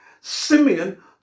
simeon